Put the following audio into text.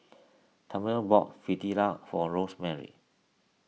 Talmage bought Fritada for Rosemary